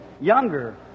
younger